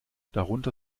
darunter